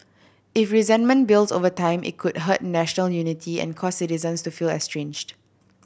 if resentment builds over time it could hurt national unity and cause citizens to feel estranged